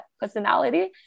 personality